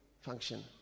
function